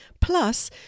Plus